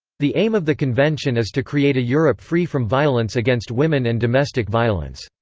the aim of the convention is to create a europe free from violence against women and domestic violence.